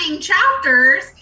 chapters